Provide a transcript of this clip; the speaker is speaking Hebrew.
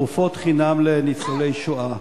תרופות חינם לניצולי שואה.